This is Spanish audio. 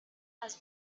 las